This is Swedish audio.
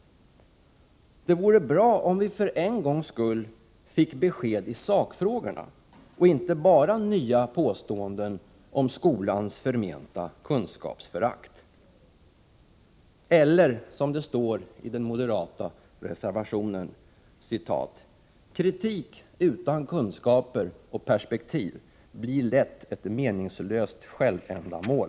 Det vore bra om vi för en gångs skull fick besked i sakfrågorna och inte bara nya påståenden om skolans förmenta kunskapsförakt. Eller, som det står i den moderata reservationen: ”Kritik utan kunskaper och perspektiv blir lätt ett meningslöst självändamål.”